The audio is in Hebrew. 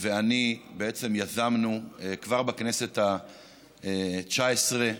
ואני בעצם יזמנו כבר בכנסת התשע עשרה,